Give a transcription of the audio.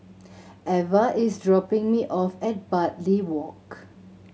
Eva is dropping me off at Bartley Walk